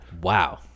Wow